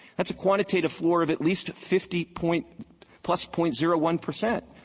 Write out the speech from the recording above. that's a quantitative floor of at least fifty point plus point zero one percent.